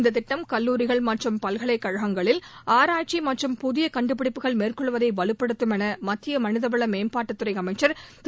இந்த திட்டம் கல்லூரிகள் மற்றும் பல்கலைக் கழகங்களில் ஆராய்ச்சி மற்றும் புதிய கண்டுபிடிப்புகள் மேற்கொள்வதை வலுப்படுத்தம் என மத்திய மனிதவள மேம்பாட்டுத் துறை அமைச்சர் திரு